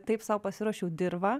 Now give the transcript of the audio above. taip sau pasiruošiau dirvą